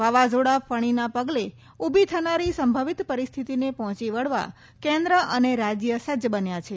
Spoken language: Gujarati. વાવાઝોડા ફણીના પગલે ઉભીથનારી સંભવિત પરિસ્થિતિને પહોંચી વળવા કેન્દ્ર અને રાજ્ય સજ્જ બન્યાં છે